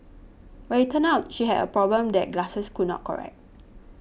but it turned out she had a problem that glasses could not correct